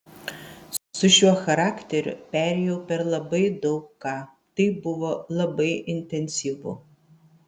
su šiuo charakteriu perėjau per labai daug ką tai buvo labai intensyvu